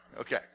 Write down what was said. Okay